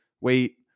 wait